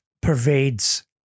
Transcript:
pervades